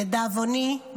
לדאבוני,